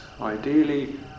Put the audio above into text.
ideally